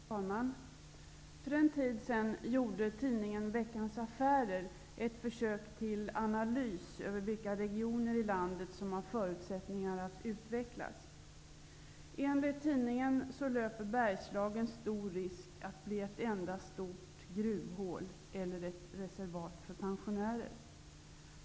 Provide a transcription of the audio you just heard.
Herr talman! För en tid sedan gjorde tidningen Veckans affärer ett försök till analys över vilka regioner i landet som hade förutsättningar att utvecklas. Enligt tidningen löper Bergslagen stor risk att bli ett enda stort gruvhål eller ett reservat för pensionärer.